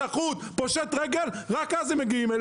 פושט רגל רק אז הם מגיעים.